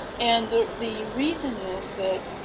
and the the reason is that